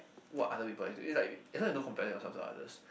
what other people are doing like that's why you don't compare yourself to others